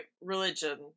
religion